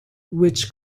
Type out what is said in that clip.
which